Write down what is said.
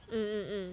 mm mm mm